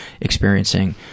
experiencing